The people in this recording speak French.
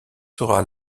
sera